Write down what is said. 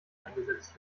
eingesetzt